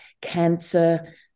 cancer